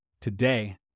Today